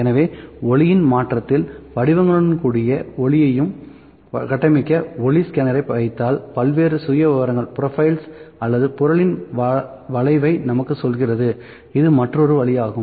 எனவே ஒளியின் மாற்றத்தில் வடிவங்களுடன் கூடிய ஒளியையும் கட்டமைக்கப்பட்ட ஒளி ஸ்கேனரையும் வைத்தால் பல்வேறு சுயவிவரங்கள் அல்லது பொருளின் வளைவை நமக்கு சொல்கிறது இது மற்றொரு வழிஆகும்